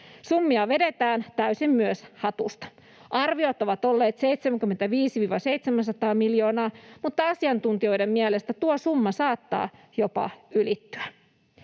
Summia vedetään myös täysin hatusta. Arviot ovat olleet 75—700 miljoonaa, mutta asiantuntijoiden mielestä tuo summa saattaa jopa ylittyä.